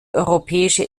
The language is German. europäische